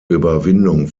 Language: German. überwindung